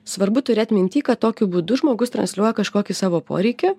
svarbu turėt minty kad tokiu būdu žmogus transliuoja kažkokį savo poreikį